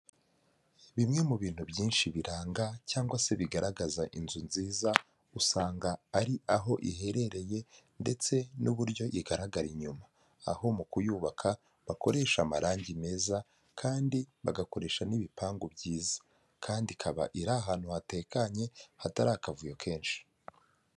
Bimwe mu bintu byinshi biranga cyangwa se bigaragaza inzu nziza usanga ari aho iherereye ndetse n'uburyo igaragara inyuma aho mu kuyubaka bakoresha amarangi meza kandi bagakoresha n'ibipangu byiza kandi ikaba iri ahantu hatekanye hatari akavuyo kenshi.